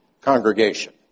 congregation